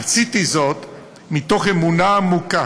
עשיתי זאת מתוך אמונה עמוקה